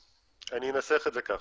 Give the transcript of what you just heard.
אני אנסח את זה ככה.